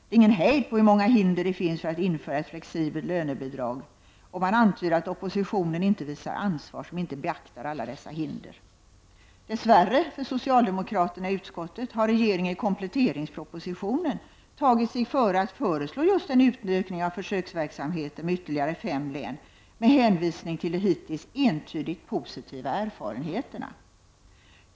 Det är ingen hejd på hur många hinder det finns för att införa ett flexibelt lönebidrag, och man antyder att oppositionen inte visar ansvar som inte beaktar alla dessa hinder! Dess värre för socialdemokraterna i utskottet har regeringen i kompletteringspropositionen tagit sig före att föreslå just en utökning av försöksverksamheten med ytterligare fem län, med hänvisning till de hittills entydigt po sitiva erfarenheterna.